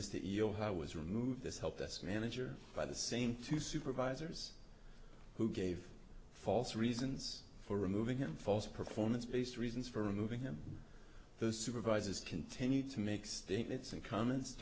missed it you know how it was removed this help us manager by the same two supervisors who gave false reasons for removing him false performance based reasons for removing him the supervisors continued to make statements and comments